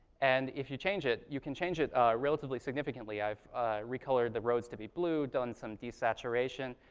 and if you change it, you can change it relatively significantly. i've re-colored the roads to be blue, done some desaturation.